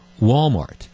Walmart